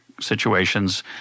situations